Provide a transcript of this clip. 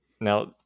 Now